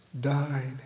died